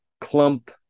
clump